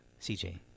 CJ